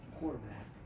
quarterback